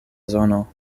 zono